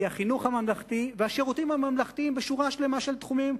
כי החינוך הממלכתי והשירותים הממלכתיים בשורה שלמה של תחומים,